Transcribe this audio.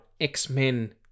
x-men